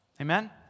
Amen